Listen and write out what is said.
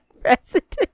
president